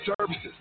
Services